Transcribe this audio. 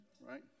right